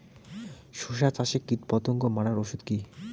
শসা চাষে কীটপতঙ্গ মারার ওষুধ কি?